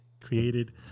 created